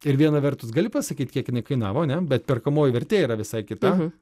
ir viena vertus gali pasakyt kiek jinai kainavo ane bet perkamoji vertė yra visai kita